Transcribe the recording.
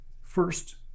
first